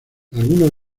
algunos